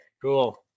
cool